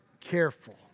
careful